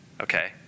Okay